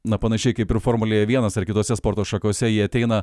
na panašiai kaip ir formulėje vienas ar kitose sporto šakose jie ateina